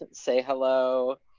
and say hello.